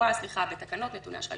שקבועה בתקנות נתוני אשראי,